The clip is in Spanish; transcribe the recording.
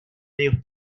medios